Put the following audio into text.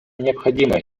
необходимой